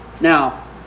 Now